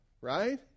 right